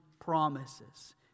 promises